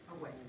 away